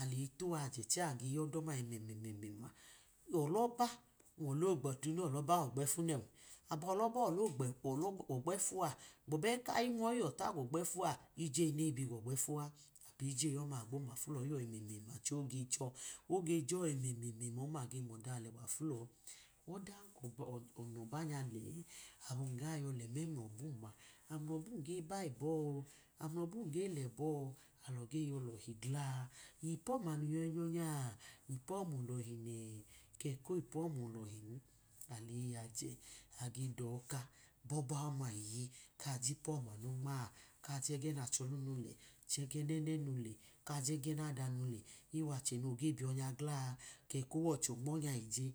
ateyi wajẹ chẹ ayọyi gọdọma ẹmẹmẹma, ọlọbu iwalẹ ogbọte ọlọba wogbẹfu nẹ, abọ ọlọba wole ogbotu wogbefu a gbọbu ẹka yi mọyi ta gọgbẹfu a ije noyi bi gogbẹfu a ije ọma agbo mafu lọyi yọ ẹmẹmẹma chẹ oge jọ oge jo̱ ẹmẹmẹma ọma agbo moda alewa fulọ odan kọba n le lẹ abum ga yọ mlọ bum-ma ami mlọbum ge ba ẹbọ? Ami mlọbum ge ba ẹbọ ami mlọbum ge la lohi gla? Ipu ọma mun yọyi nyọ nya ipu ọma dọhi? Kẹ ko wipu ọma olọhin aleyi a je abe doka bọba ọma iye ajipu-ọma monma kayege kajẹgẹ nẹnẹmu lẹka jegẹ naamu lẹ, owọchẹ noge biyọnya gla? Ke kọchẹ onmonya ije.